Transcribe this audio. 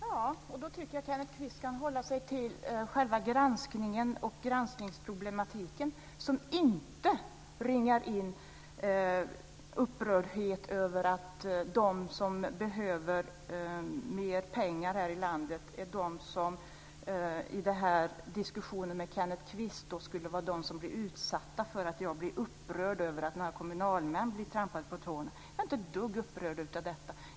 Fru talman! Då tycker jag att Kenneth Kvist kan hålla sig till själva granskningen och granskningsproblematiken. Den ringar inte in upprördhet över att de som behöver mer pengar här i landet skulle vara de som i den här diskussionen med Kenneth Kvist blir utsatta för att jag blir upprörd över att några kommunalmän blir trampade på tårna. Jag är inte ett dugg upprörd över detta.